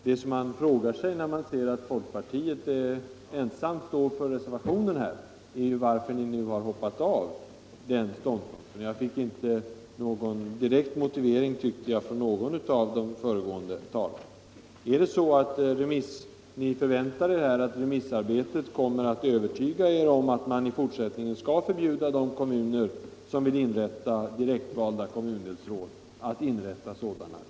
Det man frågar sig när man ser att folkpartiet här står ensamt för reservationen är varför ni har hoppat av den ståndpunkten. Jag fick inte någon direkt motivering för det från någon av de föregående talarna. Är det så att ni förväntar er att remissarbetet kommer att övertyga er om att man i fortsättningen skall förbjuda de kommuner som vill inrätta direktvalda kommundelsråd att göra det?